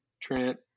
Trent